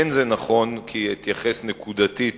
אין זה נכון כי אתייחס נקודתית